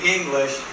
English